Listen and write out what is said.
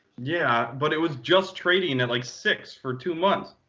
yeah. but it was just trading at like six for two months.